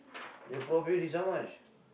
your profit is how much